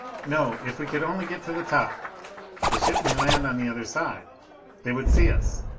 no. if we could only get to the top the ship may land on the other side they would see us.